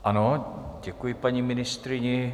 Ano, děkuji paní ministryni.